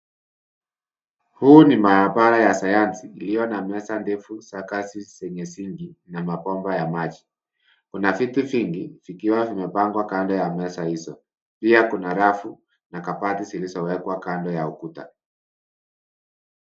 Huu ni maabara ya sayansi iliyo na meza ndefu za kazi zenye sinki na mabomba ya maji. Kuna viti vingi vikiwa vimepangwa kando ya meza hizo. Pia kuna rafu na kabati zilizowekwa kando ya ukuta.